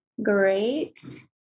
Great